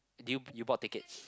did you you bought tickets